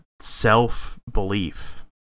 self-belief